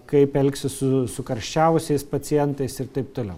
kaip elgsis su su karščiausiais pacientais ir taip toliau